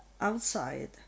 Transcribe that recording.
outside